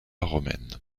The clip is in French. romaine